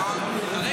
סימון,